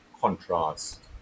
contrast